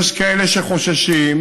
יש כאלה שחוששים,